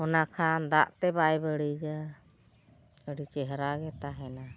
ᱚᱱᱟ ᱠᱷᱟᱱ ᱫᱟᱜᱼᱛᱮ ᱵᱟᱭ ᱵᱟᱹᱲᱤᱡᱟ ᱟᱹᱰᱤ ᱪᱮᱦᱨᱟᱜᱮ ᱛᱟᱦᱮᱱᱟ